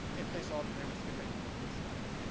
if they saw that they were skipping one of these steps.